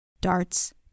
darts